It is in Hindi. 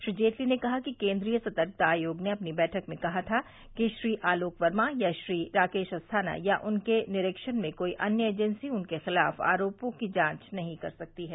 श्री जेटली ने कहा कि केन्द्रीय सतर्कता आयोग ने अपनी बैठक में कहा था कि श्री आलोक वर्मा या श्री राकेश अस्थाना या उनके निरीक्षण में कोई अन्य एजेंसी उनके खिलाफ आरोपों की जांच नहीं कर सकती है